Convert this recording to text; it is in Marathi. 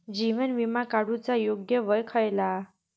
जीवन विमा काडूचा योग्य वय खयला?